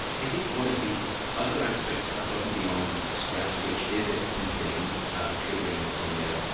i think one of the other aspects above and beyond stress, which is a key thing triggering insomnia,